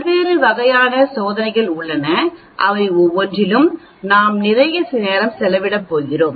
பல்வேறு வகையான சோதனைகள் உள்ளன அவை ஒவ்வொன்றிலும் நாம் நிறைய நேரம் செலவிடப் போகிறோம்